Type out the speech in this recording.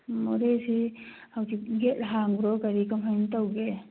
ꯃꯣꯔꯦꯁꯤ ꯍꯧꯖꯤꯛ ꯒꯦꯠ ꯍꯥꯡꯕ꯭ꯔꯣ ꯀꯔꯤ ꯀꯃꯥꯏꯅ ꯇꯧꯒꯦ